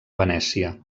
venècia